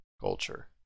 culture